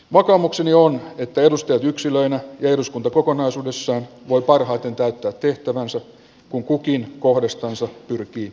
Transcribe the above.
vakaumukseni on että edustajat yksilöinä ja eduskunta kokonaisuudessaan voi parhaiten täyttää tehtävänsä kun kukin kohdastansa pyrkii asiallisuuteen